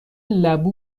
لبو